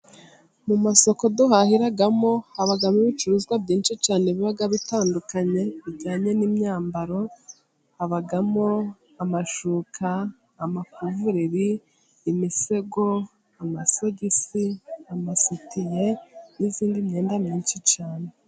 Mu masoko duhahiramo habamo ibicuruzwa byinshi cyane biba bitandukanye bijyanye n'imyambaro, habamo amashuka, amakuvureri, imisego, amasogisi, amasutiye n'indi myenda myinshi cyane.